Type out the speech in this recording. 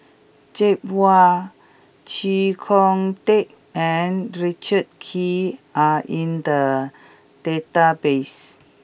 Joi Chua Chee Kong Tet and Richard Kee are in the database